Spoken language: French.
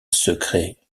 secret